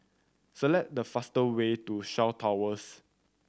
select the fast way to Shaw Towers